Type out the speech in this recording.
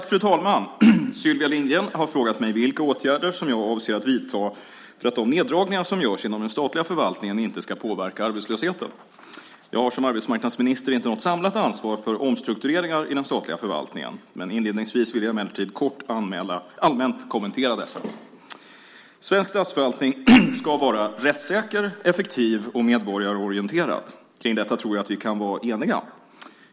Fru talman! Sylvia Lindgren har frågat mig vilka åtgärder jag avser att vidta för att de neddragningar som görs inom den statliga förvaltningen inte ska påverka arbetslösheten. Jag har som arbetsmarknadsminister inte något samlat ansvar för omstruktureringar i den statliga förvaltningen. Inledningsvis vill jag emellertid gärna kort allmänt kommentera dessa. Svensk statsförvaltning ska vara rättssäker, effektiv och medborgarorienterad. Kring detta tror jag att vi kan vara eniga.